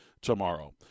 tomorrow